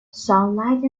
sunlight